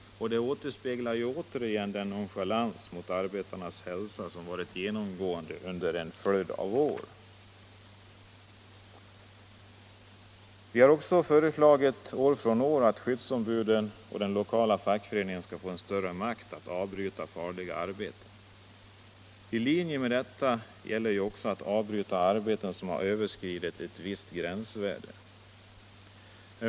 Det återspeglar återigen den nonchalans mot arbetarnas hälsa som varit genomgående under en följd av år. Vi inom vpk har också föreslagit år från år att skyddsombuden och den lokala fackföreningen skall få större makt att avbryta farliga arbeten. I linje med detta ligger också att de skall ha rätt att avbryta arbeten som har överskridit ett visst gränsvärde.